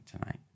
tonight